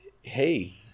Hey